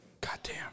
Goddamn